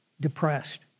depressed